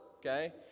okay